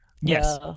yes